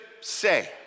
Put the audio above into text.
say